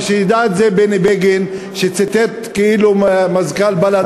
ושידע את זה בני בגין שציטט מה אומר מזכ"ל בל"ד,